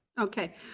Okay